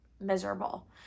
miserable